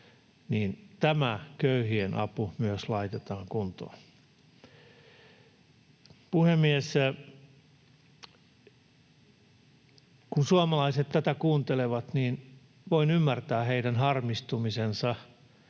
tämä köyhien apu laitetaan kuntoon? Puhemies! Kun suomalaiset tätä kuuntelevat, niin voin ymmärtää heidän harmistumisensa,